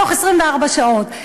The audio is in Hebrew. בתוך 24 שעות.